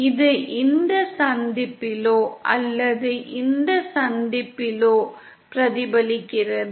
இது இந்த சந்திப்பிலோ அல்லது இந்த சந்திப்பிலோ பிரதிபலிக்கிறது